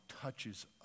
touches